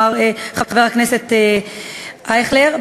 חבר הכנסת אייכלר,